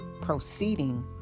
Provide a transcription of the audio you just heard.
proceeding